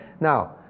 Now